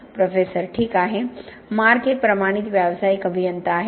professor ठीक आहे Mark एक प्रमाणित व्यावसायिक अभियंता आहे